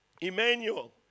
Emmanuel